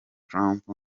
trump